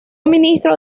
ministro